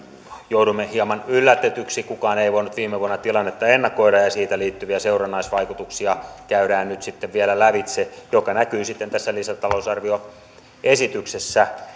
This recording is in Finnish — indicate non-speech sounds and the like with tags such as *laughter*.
jouduimme hieman yllätetyiksi kukaan ei voinut viime vuonna tilannetta ennakoida ja ja siitä liittyviä seurannaisvaikutuksia käydään nyt sitten vielä lävitse mikä näkyy sitten tässä lisätalousarvioesityksessä *unintelligible*